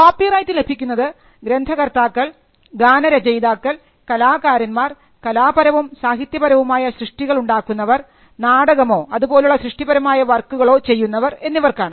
copyright ലഭിക്കുന്നത് ഗ്രന്ഥകർത്താക്കൾ ഗാനരചയിതാക്കൾ കലാകാരന്മാർ കലാപരവും സാഹിത്യപരവുമായ സൃഷ്ടികൾ ഉണ്ടാക്കുന്നവർ നാടകമോ അതുപോലുള്ള സൃഷ്ടിപരമായ വർക്കുകളോ ചെയ്യുന്നവർ എന്നിവർക്കാണ്